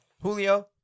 Julio